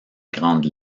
grandes